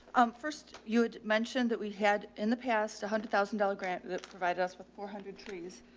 um, first you had mentioned that we had in the past a hundred thousand dollar grant that provided us with four hundred trees.